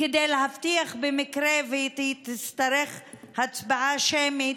כדי להבטיח, במקרה שהיא תצטרך הצבעה שמית,